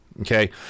okay